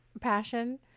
passion